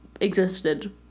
existed